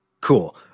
Cool